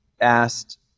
asked